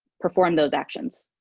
perform those actions?